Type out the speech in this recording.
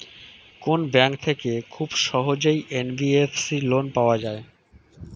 কোন ব্যাংক থেকে খুব সহজেই এন.বি.এফ.সি লোন পাওয়া যায়?